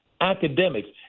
academics